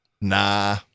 Nah